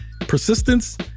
Persistence